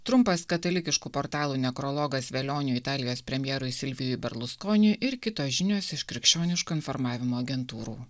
trumpas katalikiškų portalų nekrologas velioniui italijos premjerui silvijui berluskoniui ir kitos žinios iš krikščioniško informavimo agentūrų